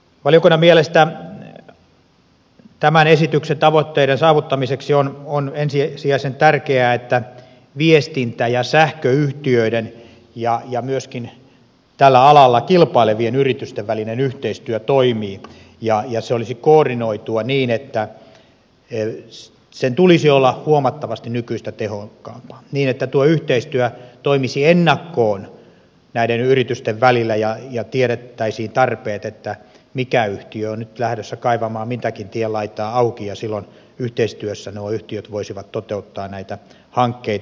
valiokunnan mielestä tämän esityksen tavoitteiden saavuttamiseksi on ensisijaisen tärkeää että viestintä ja sähköyhtiöiden ja myöskin tällä alalla kilpailevien yritysten välinen yhteistyö toimii ja se olisi koordinoitua niin että sen tulisi olla huomattavasti nykyistä tehokkaampaa niin että tuo yhteistyö toimisi ennakkoon näiden yritysten välillä ja tiedettäisiin tarpeet että mikä yhtiö on nyt lähdössä kaivamaan mitäkin tien laitaa auki ja silloin nuo yhtiöt voisivat yhteistyössä toteuttaa näitä hankkeita